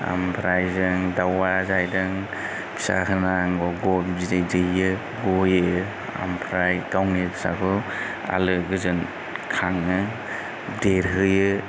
आमफ्राय जों दाउआ जाहैदों फिसा होनांगौ बिदै दैयो गयो आमफ्राय गावनि फिसाखौ आलो गोजोन खाङो देरहोयो